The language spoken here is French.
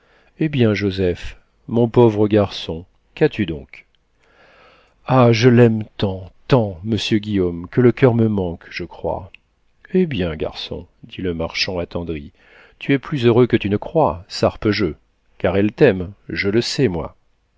eh bien joseph mon pauvre garçon qu'as-tu donc ah je l'aime tant tant monsieur guillaume que le coeur me manque je crois eh bien garçon dit le marchand attendri tu es plus heureux que tu ne crois sarpejeu car elle t'aime je le sais moi